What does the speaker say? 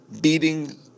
beating